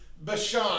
Bashan